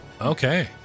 Okay